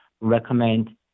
recommend